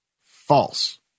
False